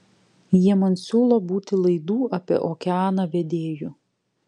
jie man siūlo būti laidų apie okeaną vedėju